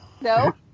no